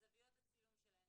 זוויות הצילום שלהן,